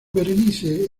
berenice